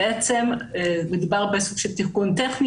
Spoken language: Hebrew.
בעצם מדובר בסוג של תיקון טכני,